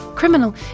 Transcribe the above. Criminal